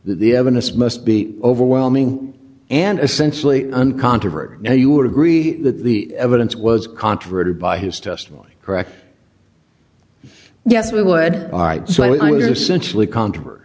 that the evidence must be overwhelming and essentially uncontroversial now you would agree that the evidence was controverted by his testimony correct yes we would all right so either sensually controver